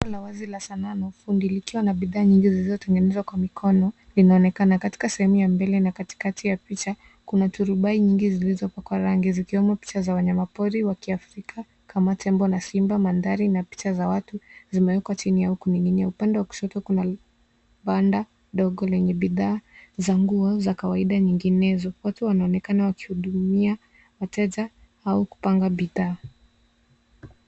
Jengo la wazi la Sanaa na ufundi likiwa na bidhaa nyingi zilizotengenezwa kwa mikono linaonekana. Katika sehemu ya mbele na katikati ya picha kuna turubai nyingi zilizopakwa rangi zikiwemo picha za wanyamapori wa kiafrika kama tembo na simba, mandhari na picha za watu zimewekwa chini au kuning'inia. Upande wa kushoto kuna banda dogo lenye bidhaa za nguo za kawaida nyinginezo. Watu wanaonekana wakihudumia wateja au kupanga bidhaa.